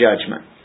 judgment